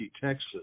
Texas